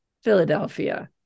Philadelphia